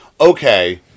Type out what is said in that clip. okay